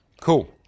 Cool